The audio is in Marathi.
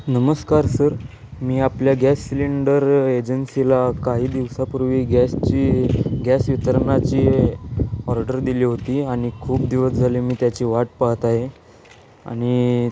नमस्कार सर मी आपल्या गॅस सिलेंडर एजन्सीला काही दिवसापूर्वी गॅसची गॅस वितरणाची ऑर्डर दिली होती आणि खूप दिवस झाले मी त्याची वाट पाहत आहे आणि